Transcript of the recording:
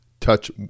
Touch